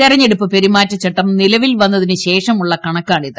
തിരഞ്ഞെടുപ്പ് പെരുമാറ്റ ചട്ടം ക്ക്നില്ലവിൽ വന്നതിനുശേഷമുള്ള കണക്കാണിത്